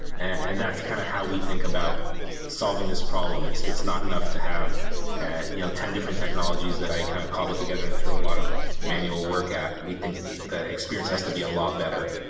and that's kind of how we think about solving this problem. it's it's not enough to have you know ten different technologies that i kind of cobble together and throw a lot of manual work at. we think the experience has to be a lot better.